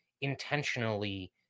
intentionally